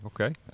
Okay